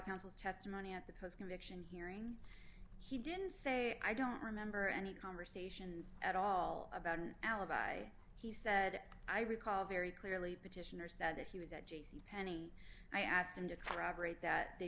counsel testimony at the connection hearing he didn't say i don't remember any conversations at all about an alibi he said i recall very clearly petitioner said that he was at j c penney i asked him to corroborate that they